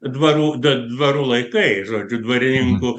dvarų d dvarų laikai žodžiu dvarininkų